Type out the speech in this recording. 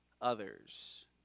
others